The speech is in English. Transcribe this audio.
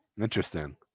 Interesting